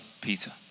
Peter